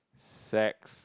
sex